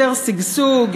יותר שגשוג,